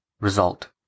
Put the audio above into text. Result